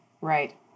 Right